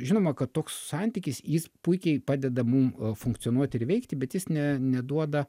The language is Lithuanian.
žinoma kad toks santykis jis puikiai padeda mum funkcionuoti ir veikti bet jis ne neduoda